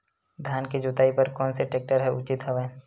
धान के जोताई बर कोन से टेक्टर ह उचित हवय?